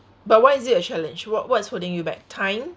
but why is it a challenge what what's holding you back time